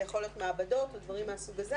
זה יכול להיות מעבדות, או דברים מהסוג הזה.